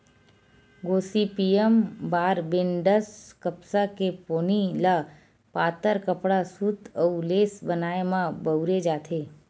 Gossypium barbadense कपसा के पोनी ल पातर कपड़ा, सूत अउ लेस बनाए म बउरे जाथे